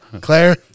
Claire